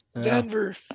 Denver